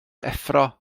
effro